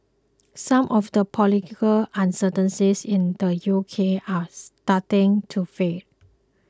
some of the political uncertainties in the U K are starting to fade